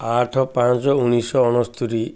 ଆଠ ପାଞ୍ଚ ଉଣେଇଶି ଶହ ଅଣସ୍ତରି